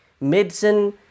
medicine